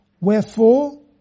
Wherefore